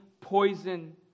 poison